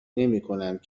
نمیکنند